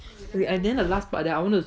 and then the last part that I want to